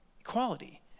Equality